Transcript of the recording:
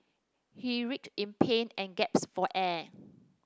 he writhed in pain and gasped for air